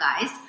guys